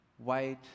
white